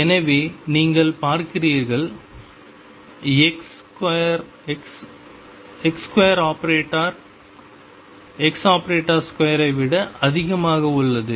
எனவே நீங்கள் பார்க்கிறீர்கள் ⟨x2⟩ ⟨x⟩2 ஐ விட அதிகமாக உள்ளது